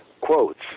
quotes